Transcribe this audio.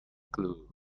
glue